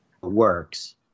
works